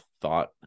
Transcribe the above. thought